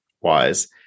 wise